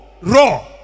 raw